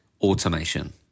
automation